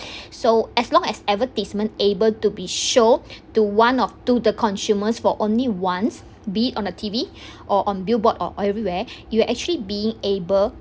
so as long as advertisement able to be showed to one or two the consumers for only once be it on a T_V or on billboard or everywhere you actually being able